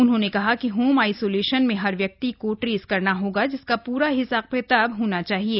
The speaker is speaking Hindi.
उन्होंने कहा कि होम आइसोलेशन में हर व्यक्ति को ट्रेस करना होगा जिसका प्रा हिसाब किताब होना चाहिये